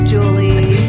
Julie